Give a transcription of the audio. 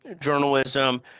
journalism